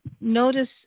Notice